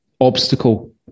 obstacle